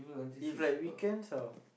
if like weekends how